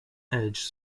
edge